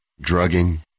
drugging